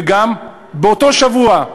באותו שבוע,